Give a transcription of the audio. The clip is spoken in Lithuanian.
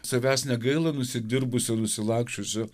savęs negaila nusidirbusio ir nusilaksčiusio